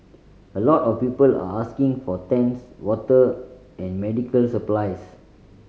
a lot of people are asking for tents water and medical supplies